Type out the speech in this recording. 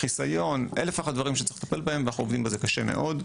חיסיון ואלף ואחד דברים שצריך לטפל בהם ואנחנו עובדים בזה קשה מאוד.